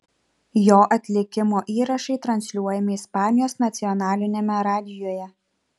jo atlikimo įrašai transliuojami ispanijos nacionaliniame radijuje